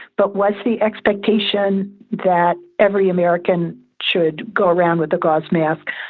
but was the expectation that every american should go around with a gauze mask?